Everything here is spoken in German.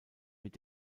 mit